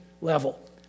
level